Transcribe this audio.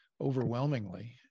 overwhelmingly